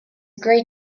great